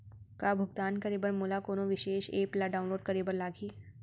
का भुगतान करे बर मोला कोनो विशेष एप ला डाऊनलोड करे बर लागही